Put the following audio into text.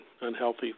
unhealthy